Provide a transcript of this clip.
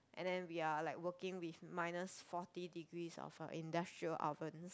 and then we are like working with minus forty degrees of a industrial ovens